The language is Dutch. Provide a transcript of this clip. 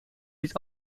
niet